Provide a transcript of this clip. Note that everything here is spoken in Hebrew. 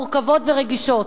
מורכבות ורגישות.